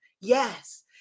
Yes